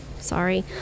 sorry